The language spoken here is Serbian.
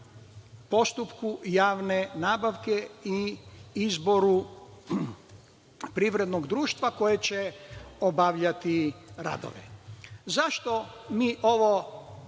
postupku javne nabavke i izboru privrednog društva koje će obavljati radove.Zašto mi ovo